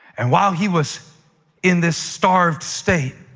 and while he was in this starved state,